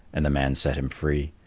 and the man set him free.